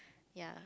ya